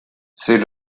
c’est